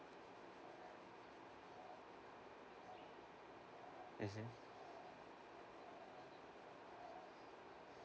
mmhmm